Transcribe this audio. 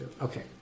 okay